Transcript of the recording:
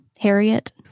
Harriet